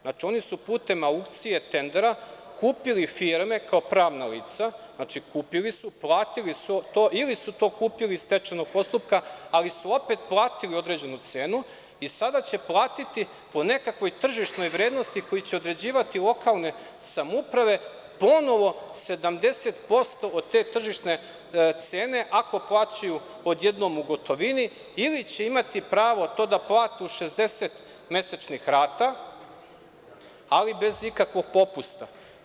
Znači, oni su putem aukcije tendera kupili firme kao pravna lica, platili su to ili su to kupili iz stečajnog postupka, ali su opet platili određenu cenu i sada će platiti po nekakvoj tržišnoj vrednosti koju će određivati lokalne samouprave ponovo 70% od te tržišne cene, ako plaćaju odjednom u gotovini, ili će imati pravo to da plate u 60 mesečnih rata, ali bez ikakvog popusta.